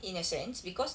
in a sense because